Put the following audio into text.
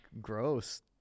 gross